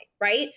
right